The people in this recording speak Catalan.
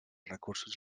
recursos